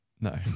No